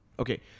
Okay